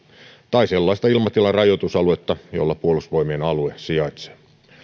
tai sellaista ilmatilan rajoitusaluetta jolla puolustusvoimien alue sijaitsee